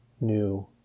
new